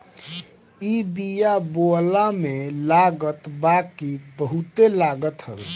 इ बिया बोअला में लागत बाकी बहुते लागत हवे